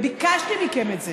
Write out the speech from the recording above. ביקשתי מכם את זה,